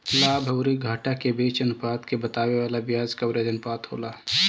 लाभ अउरी घाटा के बीच के अनुपात के बतावे वाला बियाज कवरेज अनुपात होला